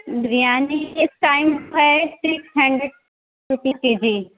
بریانی اس ٹائم ہے six hundred rupee کے جی